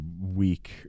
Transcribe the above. week